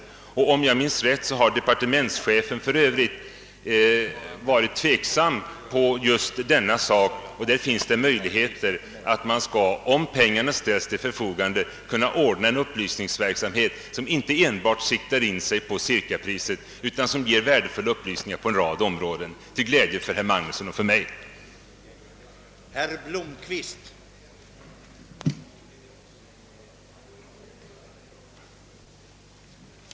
Om jag minns rätt har departementschefen för övrigt varit tveksam på just denna punkt. Det finns därför möjlighet, att man, om pengarna ställs till förfogande, skall kunna ordna en upplysningsverksamhet som inte enbart siktar in sig på cirkapriset utan som ger värdefulla upplysningar på en rad områden — till glädje för herr Magnusson, för mig och för konsumenterna.